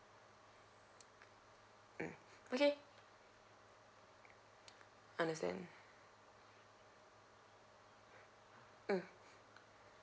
mm okay understand mm